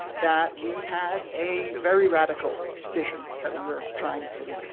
that we had a very radical vision that we were trying to